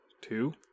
Two